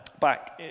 back